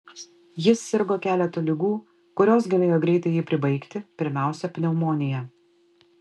jis sirgo keletu ligų kurios galėjo greitai jį pribaigti pirmiausia pneumonija